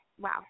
Wow